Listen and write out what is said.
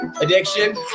addiction